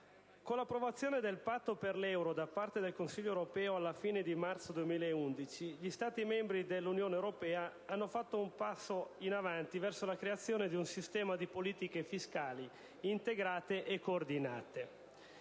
Con l'approvazione del Patto per l'euro da parte del Consiglio europeo alla fine del marzo 2011, gli Stati dell'Unione europea hanno fatto un passo in avanti verso la creazione di un sistema di politiche fiscali integrate e coordinate.